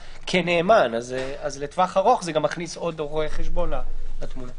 אז בטווח הארוך זה מכניס עוד רואי חשבון לתמונה.